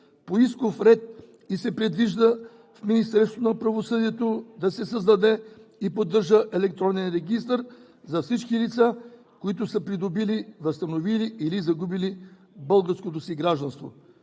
по исков ред и се предвижда в Министерството на правосъдието да се създаде и поддържа електронен регистър за всички лица, които са придобили, възстановили или загубили българското си гражданство.